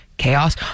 Chaos